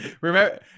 Remember